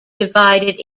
divided